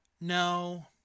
No